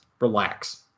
Relax